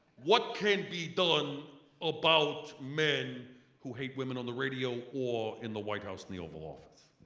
what can be done about men who hate women on the radio or in the white house in the oval office.